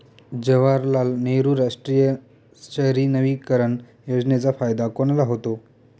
जवाहरलाल नेहरू राष्ट्रीय शहरी नवीकरण योजनेचा फायदा कोणाला होतो?